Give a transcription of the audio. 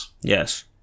Yes